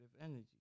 energy